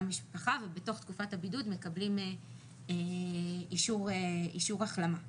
משפחה ובתוך תקופת הבידוד מקבלים אישור החלמה.